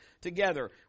together